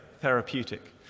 therapeutic